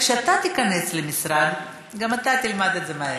כשאתה תיכנס למשרד גם אתה תלמד את זה מהר.